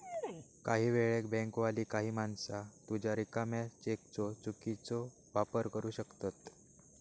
काही वेळेक बँकवाली काही माणसा तुझ्या रिकाम्या चेकचो चुकीचो वापर करू शकतत